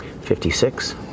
Fifty-six